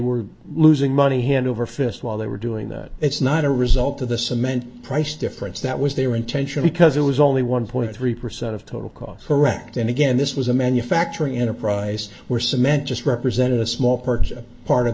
were losing money hand over fist while they were doing that it's not a result of the cement price difference that was their intention because it was only one point three percent of total cost correct and again this was a manufacturing enterprise where cement just represented a small purchase part of